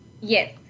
Yes